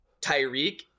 Tyreek